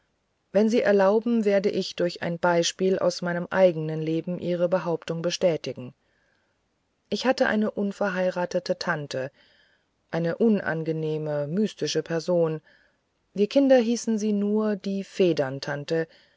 wenn sie erlauben werde ich durch ein beispiel aus meinem eigenen leben ihre behauptung bestätigen ich hatte eine unverheiratete tante eine unangenehme mystische person wir kinder hießen sie nur die